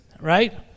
right